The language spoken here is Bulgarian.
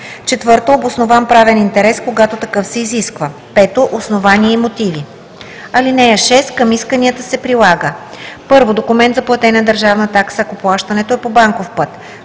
4. обоснован правен интерес, когато такъв се изисква; 5. основание и мотиви. (6) Към исканията се прилага: 1. документ за платена държавна такса, ако плащането е по банков път;